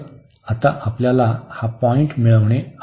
तर आता आपल्याला हा पॉईंट मिळविणे आवश्यक आहे